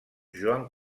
joan